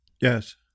Yes